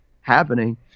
happening